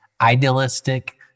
idealistic